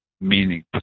meaning